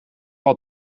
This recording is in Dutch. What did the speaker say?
had